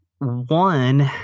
One